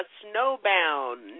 snowbound